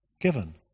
Given